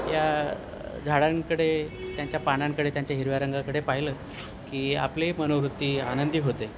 या झाडांकडे त्यांच्या पानांकडे त्यांच्या हिरव्या रंगाकडे पाहिलं की आपली मनोवृत्ती आनंदी होते